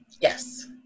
Yes